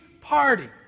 party